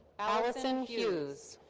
allison hughes.